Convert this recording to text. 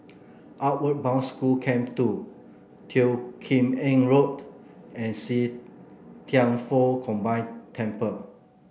Outward Bound School Camp Two Teo Kim Eng Road and See Thian Foh Combine Temple